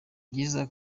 byiza